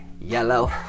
yellow